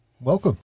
Welcome